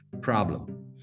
problem